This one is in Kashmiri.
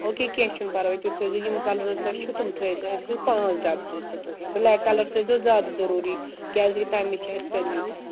اوکے کیٚنہہ چھُنہٕ پرواے تُہۍ تھٲیزیو یِم کَلٲرٕز تۄہہِ چھُو تِم تھٲیِو تُہۍ اَسہِ پانٛژھ ڈَبہٕ تھٲیزیو تُہۍ یِم بٕلیک کَلَر تھٲیزیو زیادٕ ضٔروٗری کیٛازِکہِ تَمِچ چھےٚ اَسہِ کمی پہَن